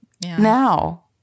now